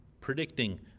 predicting